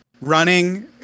running